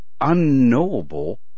unknowable